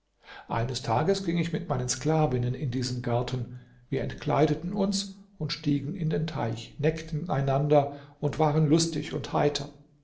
eines tages ging ich mit meinen sklavinnen in diesen garten wir entkleideten uns und stiegen in den teich neckten einander und waren lustig und heiter